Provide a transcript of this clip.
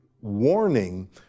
warning